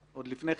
עוד לפני כן,